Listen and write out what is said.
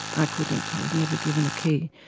i couldn't, i was never given a key.